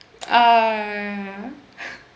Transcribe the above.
ah